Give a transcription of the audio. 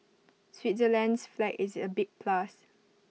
Switzerland's flag is A big plus